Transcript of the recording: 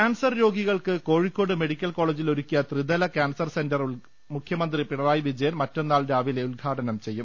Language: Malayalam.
കാൻസർ രോഗികൾക്ക് കോഴിക്കോട് മെഡിക്കൽ കോളജിൽ ഒരുക്കിയ ത്രിതല കാൻസർ സെന്റർ മുഖ്യമന്ത്രി പിണറായി വിജ യൻ മറ്റന്നാൾ രാവിലെ ഉദ്ഘാടനം ചെയ്യും